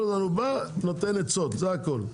הוא בא, נותן עצות, זה הכול.